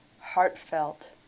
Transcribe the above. heartfelt